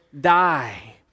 die